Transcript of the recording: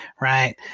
right